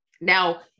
Now